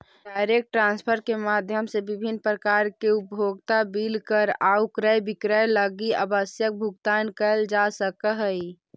direct transfer के माध्यम से विभिन्न प्रकार के उपभोक्ता बिल कर आउ क्रय विक्रय लगी आवश्यक भुगतान कैल जा सकऽ हइ